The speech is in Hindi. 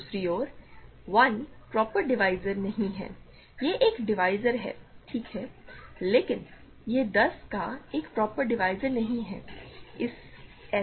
दूसरी ओर 1 प्रॉपर डिवीज़र नहीं है यह एक डिवीज़र है ठीक है लेकिन यह 10 का एक प्रॉपर डिवीज़र नहीं है